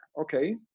okay